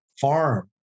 farm